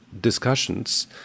discussions